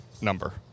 number